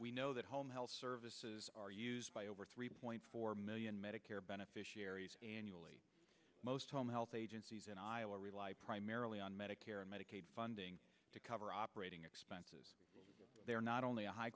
we know that home health services are used by over three point four million medicare beneficiaries annually most home health agencies in iowa rely primarily on medicare and medicaid funding to cover operating expenses they are not only a high